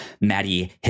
Maddie